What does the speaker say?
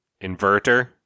inverter